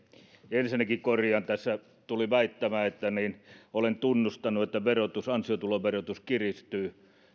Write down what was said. ensinnäkin korjaan tässä tuli väittämä että olen tunnustanut että ansiotuloverotus kiristyy